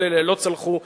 כל אלה לא צלחו,